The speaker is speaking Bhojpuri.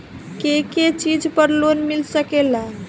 के के चीज पर लोन मिल सकेला?